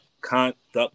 conduct